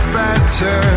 better